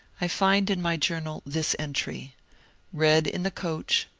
i find in my journal this entry read in the coach,